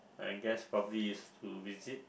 I guess probably is to visit